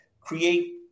create